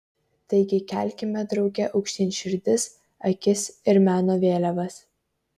taigi kelkime drauge aukštyn širdis akis ir meno vėliavas